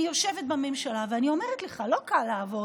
אני יושבת בממשלה ואני אומרת לך: לא קל לעבוד